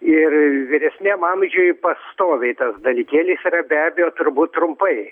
ir vyresniam amžiui pastoviai tas dalykėlis yra be abejo turbūt trumpai